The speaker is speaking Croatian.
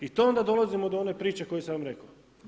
I to onda dolazimo do one priče koju sam vam rekao.